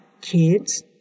kids